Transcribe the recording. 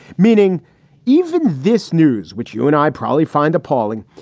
meaning even this news, which you and i probably find appalling.